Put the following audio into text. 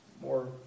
more